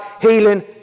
healing